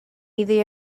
iddi